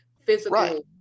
physical